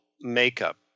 makeup